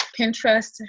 Pinterest